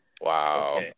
Wow